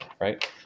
right